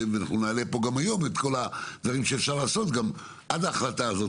נעלה פה היום את כל הדברים שכל משרד יכול לעשות עד ההחלטה שלכם,